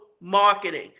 marketing